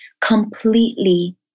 completely